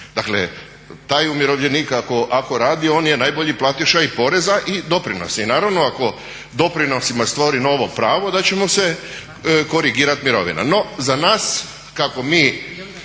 Dakle taj umirovljenik ako radi on je najbolji platiša i poreza i doprinosa. I naravno ako doprinosima stvori novo pravo da će mu se korigirati mirovina.